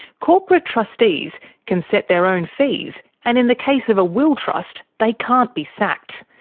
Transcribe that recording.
corporate trustees can set their own fees and, in the case of a will trust, they can't be sacked.